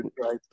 right